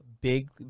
big